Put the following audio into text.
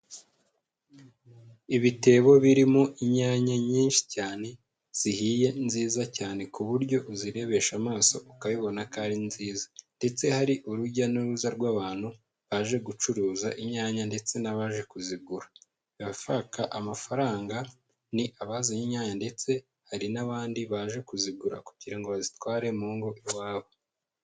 Ibitebo birimo inyanya nyinshi cyane zihiye nziza cyane, ku buryo uzirebesha amaso ukabibona ko ari nziza, ndetse hari urujya n'uruza rw'abantu baje gucuruza inyanya ndetse n'abaje kuzigura, abashaka amafaranga ni abazanye inyanya, ndetse hari n'abandi baje kuzigura kugira ngo bazitware mu ngo iwabo.